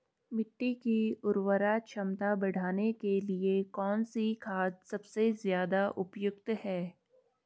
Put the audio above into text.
मिट्टी की उर्वरा क्षमता बढ़ाने के लिए कौन सी खाद सबसे ज़्यादा उपयुक्त है?